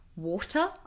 water